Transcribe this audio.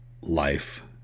life